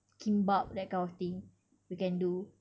kimbap that kind of thing we can do